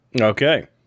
Okay